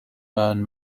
burn